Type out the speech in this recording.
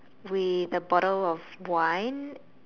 with a bottle of wine